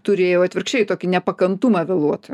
turėjau atvirkščiai tokį nepakantumą vėluoti